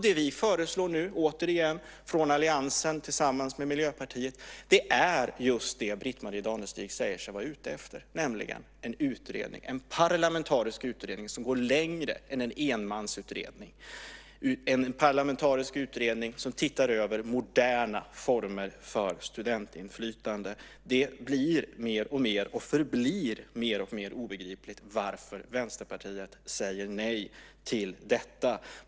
Det vi från alliansen tillsammans med Miljöpartiet nu föreslår är just det som Britt-Marie Danestig säger sig vara ute efter, nämligen en parlamentarisk utredning som går längre än en enmansutredning och som ser över moderna former för studentinflytande. Det blir och förblir mer och mer obegripligt varför Vänsterpartiet säger nej till detta.